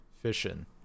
fission